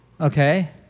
okay